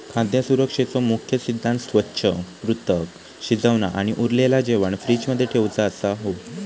खाद्य सुरक्षेचो मुख्य सिद्धांत स्वच्छ, पृथक, शिजवना आणि उरलेला जेवाण फ्रिज मध्ये ठेउचा असो हा